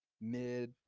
mid